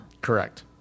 correct